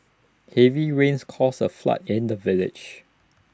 heavy rains caused A flood in the village